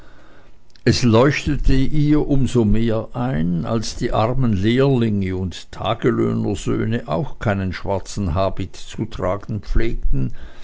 es leuchtete ihr um so mehr ein als die armen lehrlinge und tagelöhnersöhne auch keinen schwarzen habit zu tragen pflegten